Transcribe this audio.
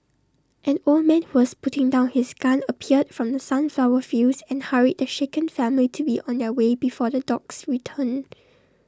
an old man who was putting down his gun appeared from the sunflower fields and hurried the shaken family to be on their way before the dogs returned